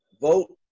vote